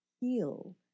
heal